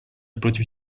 против